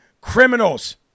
criminals